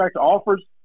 offers